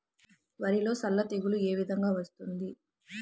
వరిలో సల్ల తెగులు ఏ విధంగా వస్తుంది?